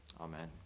Amen